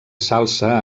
salsa